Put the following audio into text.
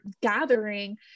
gathering